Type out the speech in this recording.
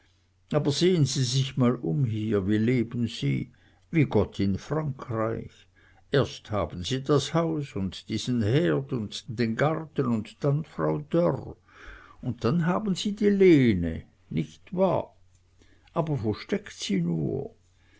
aber sehen sie sich mal um hier wie leben sie wie gott in frankreich erst haben sie das haus und diesen herd und dann den garten und dann frau dörr und dann haben sie die lene nicht wahr aber wo steckt sie nur